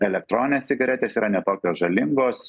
elektroninės cigaretės yra ne tokios žalingos